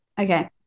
Okay